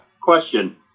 question